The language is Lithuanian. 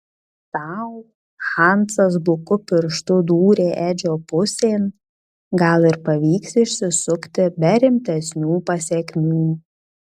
tau hansas buku pirštu dūrė edžio pusėn gal ir pavyks išsisukti be rimtesnių pasekmių